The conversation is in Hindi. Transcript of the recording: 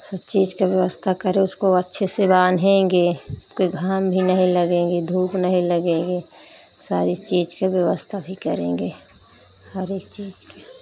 सब चीज़ की व्यवस्था करे उसको अच्छे से बान्हेंगे उसके घाम भी नहीं लगेंगी धूप नहीं लगेगी सारी चीज़ का व्यवस्था भी करेंगे हर एक चीज़ की